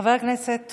חבר הכנסת